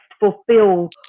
fulfill